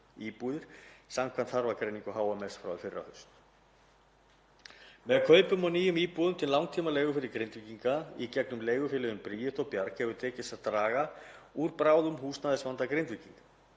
íbúðir samkvæmt þarfagreiningu HMS frá því í fyrrahaust. Með kaupum á nýjum íbúðum til langtímaútleigu fyrir Grindvíkinga í gegnum leigufélögin Bríeti og Bjarg hefur tekist að draga úr bráðum húsnæðisvanda Grindvíkinga.